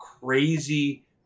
crazy